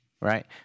Right